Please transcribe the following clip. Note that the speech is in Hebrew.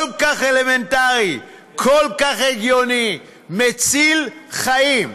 כל כך אלמנטרי, כל כך הגיוני, מציל חיים.